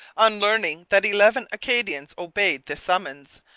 on learning that eleven acadians obeyed this summons,